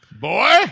Boy